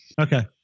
Okay